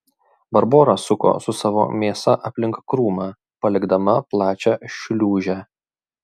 barbora suko su savo mėsa aplink krūmą palikdama plačią šliūžę